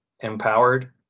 empowered